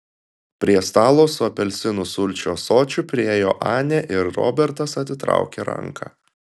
prie stalo su apelsinų sulčių ąsočiu priėjo anė ir robertas atitraukė ranką